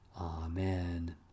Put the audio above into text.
Amen